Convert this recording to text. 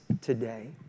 today